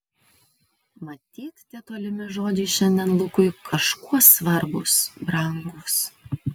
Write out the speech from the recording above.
matyt tie tolimi žodžiai šiandien lukui kažkuo svarbūs brangūs